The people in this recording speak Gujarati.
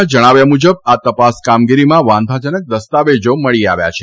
ના જણાવ્યા મુજબ આ તપાસ કામગીરીમાં વાંધાજનક દસ્તાવેજા મળી આવ્યા છે